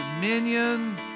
dominion